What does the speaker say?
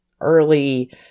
early